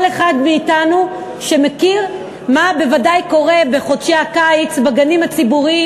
כל אחד מאתנו שמכיר מה בוודאי קורה בחודשי הקיץ בגנים הציבוריים,